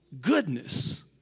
goodness